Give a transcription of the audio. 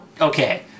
Okay